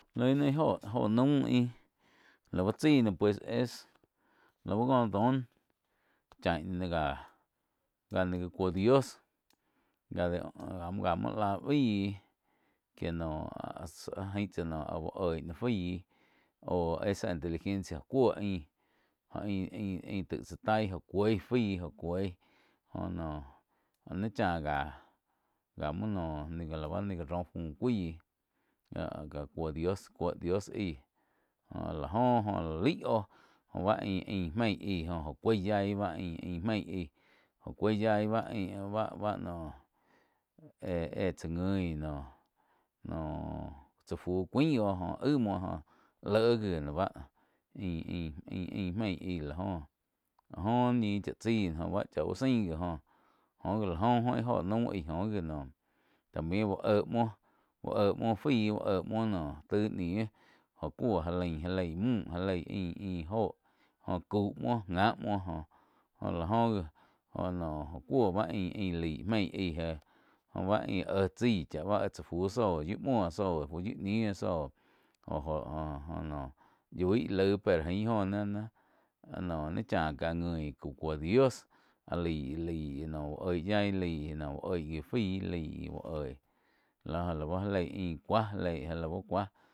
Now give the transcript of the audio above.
Loi náh íh óho, óho naum ih lau chái noh pues es lau ko don chá ih no gáh nih gá cuo dios gá de ga muo lah bai kie noh ain tsáh noh uh oig noh fái oh esa inteligencia oh cuo ain ba ain-ain taig tsá taih joh cuih faíh joh cuoí joh noh nih chá gáh, gáh muo noh ni gá la roh fu cuaíh ga-ga cuo dios aig joh la jo lá laig oh oh bá ain-ain meig aih joh oh cuoig yaíh báh ain-ain meig aíh joh cuoih yaíh báh ain bah-báh noh éh-éh tsá ngui noh tsá fu cuáin oh jo aig muoh jóh léh gi ain-ain meig aíh la joh la jho ñi chá chái noh. Joh báh cha úh sain noh jo-jo, joh gi la oh íh óho naum aí góh gi naum tambien uh éh muoh, uh éh muo fáí uh éh muoh noh taíh ñiu jóh cuo já lain já leih müh ja leíh ain-ain joh joh caum muoh nga muo joh, jo la oh ji oh cuo báh ain laig mei aíh jéh báh ain éh tsaí cha tsá fu zóh yiúh muo zóh fu yíu ñiu zóh, jo-jo noh yoi laih pe ain joh na-na áh no nai cháh ká nguin naih cuo dios áh lai-lai uh oih yaih laih noh uh oih gi fái laig úh oih lah bá já leih ain cuá éh lau cuá.